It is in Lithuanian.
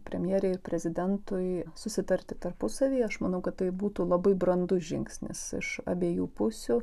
premjerei ir prezidentui susitarti tarpusavyje aš manau kad tai būtų labai brandus žingsnis iš abiejų pusių